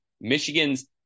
Michigan's